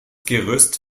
gerüst